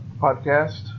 podcast